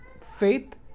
faith